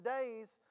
days